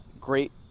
great